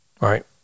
right